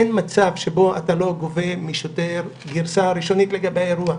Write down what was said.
אין מצב שבו אתה לא גובה משוטר גרסה ראשונית לגבי האירוע.